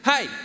Hey